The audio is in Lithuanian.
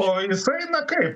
o jis eina kaip